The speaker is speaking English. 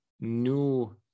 new